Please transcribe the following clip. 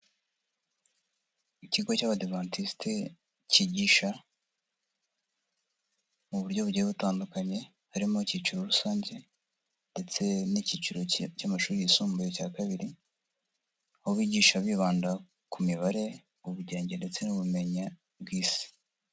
Ikigo cy'Abadivantisite kigisha mu buryo bugiye butandukanye, harimo icyiciro rusange ndetse n'icyiciro cy'amashuri yisumbuye cya kabiri, aho bigisha bibanda ku mibare, ubugenge ndetse n'ubumenya bw'isi.